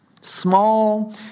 Small